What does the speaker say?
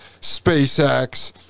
SpaceX